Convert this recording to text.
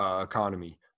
economy